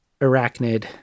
arachnid